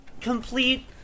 complete